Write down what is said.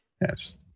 yes